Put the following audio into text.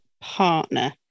partner